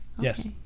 Yes